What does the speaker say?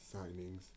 signings